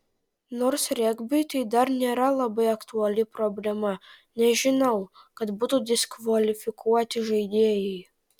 nors regbiui tai dar nėra labai aktuali problema nežinau kad būtų diskvalifikuoti žaidėjai